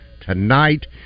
tonight